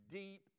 deep